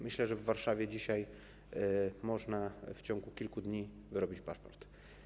Myślę, że w Warszawie dzisiaj można w ciągu kilku dni wyrobić paszport.